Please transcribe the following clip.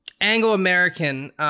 Anglo-American